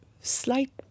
slight